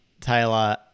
Taylor